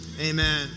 Amen